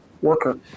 worker